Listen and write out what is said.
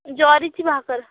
ज्वारीची भाकर